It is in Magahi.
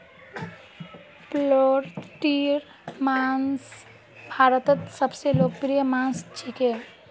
पोल्ट्रीर मांस भारतत सबस लोकप्रिय मांस छिके